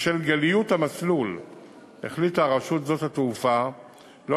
בשל גליות המסלול החליטה רשות שדות התעופה לא